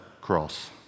cross